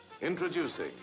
introducing